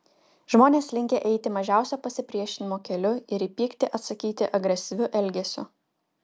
žmonės linkę eiti mažiausio pasipriešinimo keliu ir į pyktį atsakyti agresyviu elgesiu